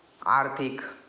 आर्थिक